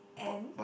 and